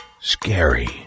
Scary